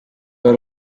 wari